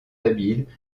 habile